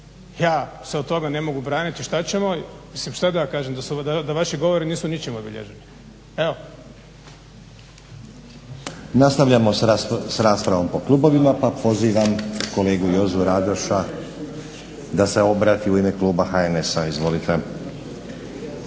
ja se od toga ne mogu braniti. Šta ćemo? Mislim šta da ja kažem? Da vaši govori nisu ničim obilježeni? Evo. **Stazić, Nenad (SDP)** Nastavljamo sa raspravom po klubovima, pa pozivam kolegu Jozu Radoša da se obrati u ime kluba HNS-a. Izvolite.